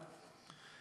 (4)